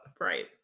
Right